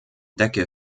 decke